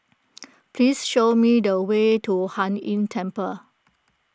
please show me the way to Hai Inn Temple